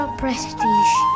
prestige